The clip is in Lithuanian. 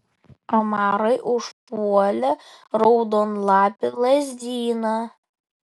amarai užpuolė raudonlapį lazdyną